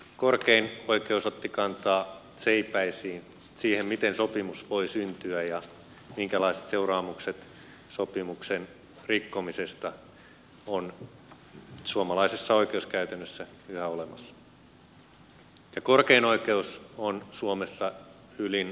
korkein oikeus otti kantaa seipäisiin siihen miten sopimus voi syntyä ja minkälaiset seuraamukset sopimuksen rikkomisesta on suomalaisessa oikeuskäytännössä yhä olemassa ja korkein oikeus on suomessa ylin laillisuuden ratkaisija